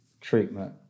treatment